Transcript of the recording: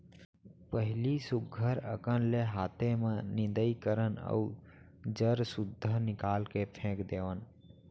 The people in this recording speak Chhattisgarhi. पहिली सुग्घर अकन ले हाते म निंदई करन अउ जर सुद्धा निकाल के फेक देवन